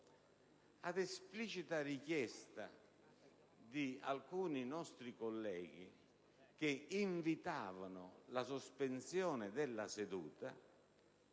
Ad esplicita richiesta di alcuni nostri colleghi che invitavano alla sospensione della seduta,